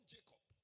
Jacob